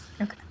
Okay